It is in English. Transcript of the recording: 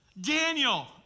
Daniel